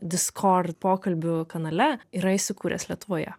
diskort pokalbių kanale yra įsikūręs lietuvoje